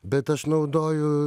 bet aš naudoju